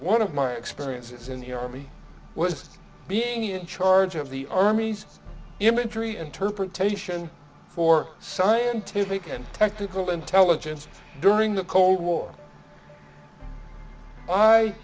one of my experiences in the army was being in charge of the army's imagery interpretation for scientific and technical intelligence during the cold war i